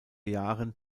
jahren